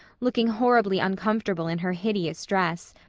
looking horribly uncomfortable in her hideous dress,